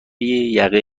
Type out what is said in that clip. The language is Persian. یقه